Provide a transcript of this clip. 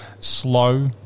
slow